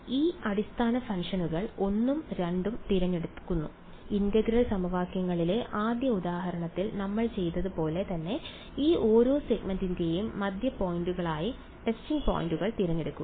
ഈ അടിസ്ഥാന ഫംഗ്ഷനുകൾ 1 ഉം 2 ഉം തിരഞ്ഞെടുക്കുക ഇന്റഗ്രൽ സമവാക്യങ്ങളിലെ ആദ്യ ഉദാഹരണത്തിൽ നമ്മൾ ചെയ്തത് പോലെ തന്നെ ഈ ഓരോ സെഗ്മെന്റിന്റെയും മധ്യ പോയിന്റുകളായി ടെസ്റ്റിംഗ് പോയിന്റുകൾ തിരഞ്ഞെടുക്കുക